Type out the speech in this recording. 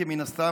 כי מן הסתם,